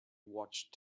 watched